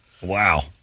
Wow